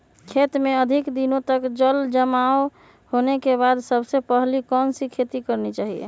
खेत में अधिक दिनों तक जल जमाओ होने के बाद सबसे पहली कौन सी खेती करनी चाहिए?